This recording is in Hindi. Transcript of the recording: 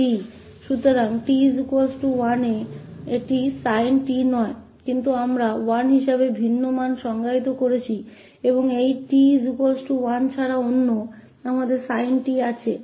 तोt 1 पर यह sin 1 नहीं है लेकिन हमने भिन्न मान को 1 के रूप में परिभाषित किया है और इस t 1 के अलावा हमारे पास sin t है